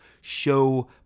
show